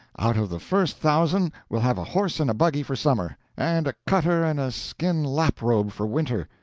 out of the first thousand we'll have a horse and a buggy for summer, and a cutter and a skin lap-robe for winter.